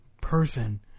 person